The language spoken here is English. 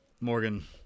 Morgan